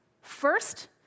first